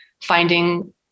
finding